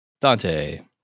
Dante